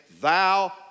thou